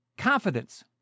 Confidence